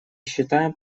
считаем